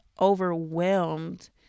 overwhelmed